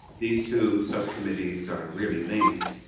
these two subcommittees are really linked.